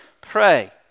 pray